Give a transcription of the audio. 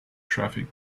traffic